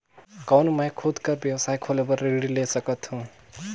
कौन मैं खुद कर व्यवसाय खोले बर ऋण ले सकत हो?